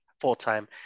full-time